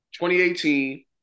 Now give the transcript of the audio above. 2018